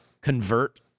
convert